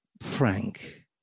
Frank